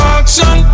action